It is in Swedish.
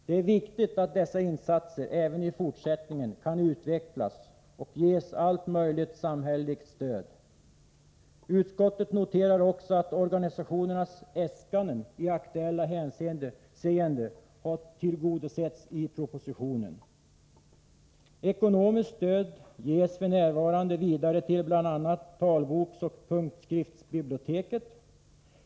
Det är viktigt att dessa insatser även i fortsättningen kan utvecklas och ges allt möjligt samhälleligt stöd. Utskottet noterar också att organisationernas äskanden i aktuellt hänseende har tillgodosetts i propositionen. Ekonomiskt stöd ges f. n. till bl.a. Talboksoch punktskriftsbiblioteket.